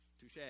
touche